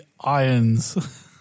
Irons